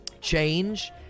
change